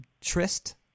Trist